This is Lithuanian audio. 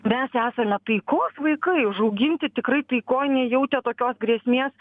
mes esame taikos vaikai užauginti tikrai taikoj nejautę tokios grėsmės